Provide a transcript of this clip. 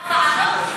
מהוועדות,